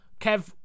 Kev